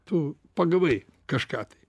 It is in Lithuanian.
tu pagavai kažką tai